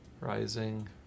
rising